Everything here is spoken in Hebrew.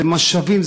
זה משאבים,